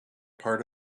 part